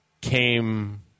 came